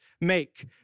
make